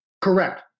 Correct